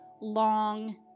long